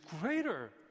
greater